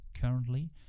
currently